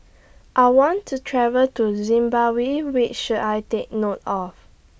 I want to travel to Zimbabwe We should I Take note of